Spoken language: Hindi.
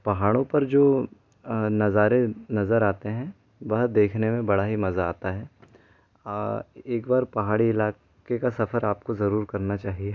पहाड़ों पर जो नज़ारे नज़र आते हैं वह देखने में बड़ा ही मज़ा आता है एक बार पहाड़ी इलाके का सफ़र आप को जरूर करना चाहिये